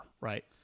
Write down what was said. Right